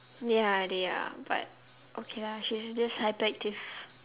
ya they are but okay lah she's just hyperactive